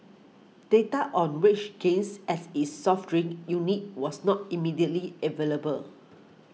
data on wage gains at its soft drink unit was not immediately available